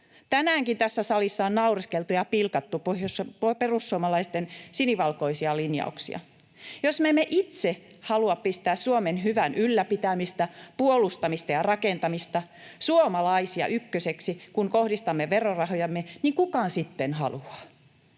Tänäänkin tässä salissa on naureskeltu perussuomalaisten sinivalkoisille linjauksille ja pilkattu niitä. Jos me emme itse halua pistää Suomen hyvän ylläpitämistä, puolustamista ja rakentamista, suomalaisia, ykköseksi, kun kohdistamme verorahojamme, niin kuka sitten haluaa?